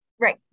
Right